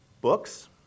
books